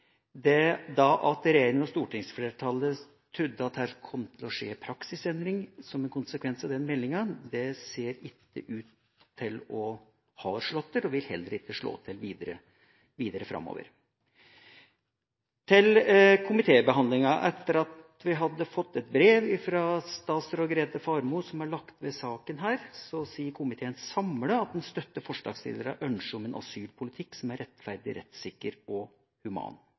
og stortingsflertallet trodde at det kom til å skje en praksisendring som konsekvens av den meldinga. Det ser ikke ut til å ha slått til, og vil heller ikke slå til videre framover. Til komitébehandlinga: Etter å ha fått et brev fra statsråd Grete Faremo som er lagt ved saken her, sier komiteen samlet at den støtter forslagsstillernes ønske om en asylpolitikk som er rettferdig, rettssikker og human.